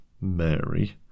Mary